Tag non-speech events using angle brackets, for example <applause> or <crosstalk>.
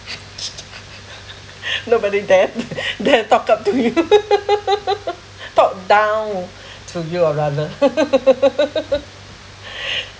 <laughs> <breath> nobody dared to <breath> dared talked up to you <laughs> talked down <breath> to you or rather <laughs> <breath>